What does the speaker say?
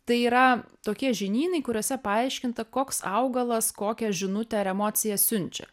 tai yra tokie žinynai kuriuose paaiškinta koks augalas kokią žinutę ar emocija siunčia